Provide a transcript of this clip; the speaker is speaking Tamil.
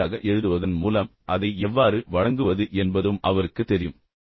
நேர்த்தியாக எழுதுவதன் மூலம் அதை எவ்வாறு வழங்குவது என்பதும் அவருக்குத் தெரியும்